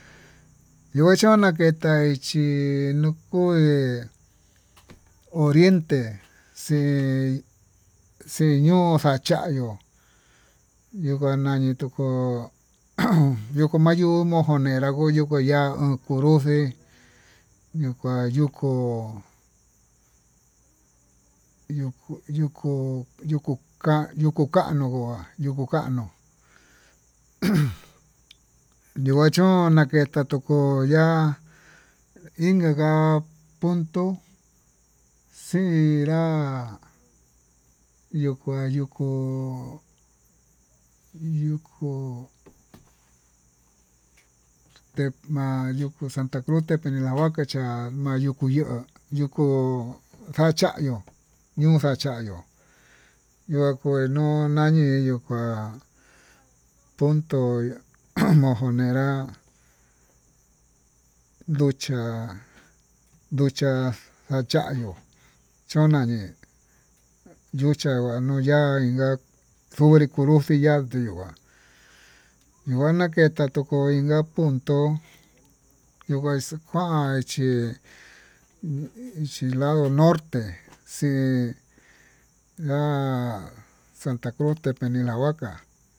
Nikuaka chón naketa chí nuu kué oriente, xi xii ñuu xachayó ñuu ka'a ñani choko ujun yuku mayuu monjonerá yukuu yuya'á, onkonroxi ño'o kuá yuku, yuku yuku yukuka yuku kanó, yuku kano ujun ñukuachona naketa to'ó yá inka punto xii inrá yuu ué yukuu, yuku tema'a yuku santa cruz tepelathuaca ayuku yo'ó yukú ka'a chañio, ñuu xa'a chañió yuu kua ño'o ñani kua punto monjonerá nducha nducha kachayió chón nani yucha kuaku ya'á inka nfuri kunruju ya'á ingua ingua naketa tunguó inka puntó, yuu kua kuan chí lado norte xingua santa cruz tepinilahuaca.